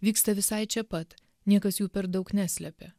vyksta visai čia pat niekas jų per daug neslepia